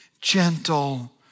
gentle